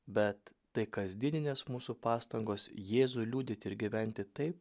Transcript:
bet tai kasdieninės mūsų pastangos jėzų liudyti ir gyventi taip